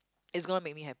is gonna make me happy